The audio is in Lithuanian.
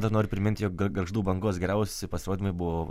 dar noriu priminti jog gargždų bangos geriausi pasirodymai buvo